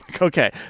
Okay